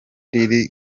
riri